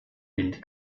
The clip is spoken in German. wind